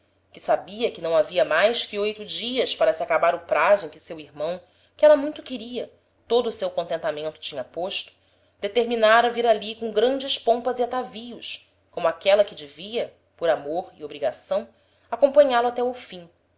que sabia que não havia mais que oito dias para se acabar o praso em que seu irmão que éla muito queria todo o seu contentamento tinha posto determinára vir ali com grandes pompas e atavios como aquela que devia por amor e obrigação acompanhá-lo até ao fim